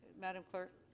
madam clerk?